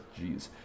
jeez